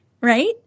right